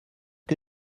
que